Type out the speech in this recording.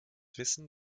wissen